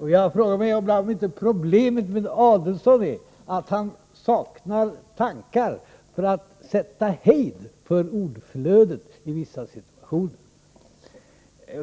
Jag frågar mig ibland om inte problemet med Adelsohn är att han saknar tankar för att sätta hejd för ordflödet i vissa situationer.